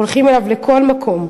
הולכים אליו לכל מקום.